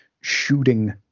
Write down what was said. shooting